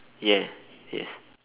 yes yes